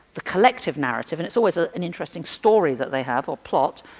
the collective narrative, and it's always ah an interesting story that they have or plot,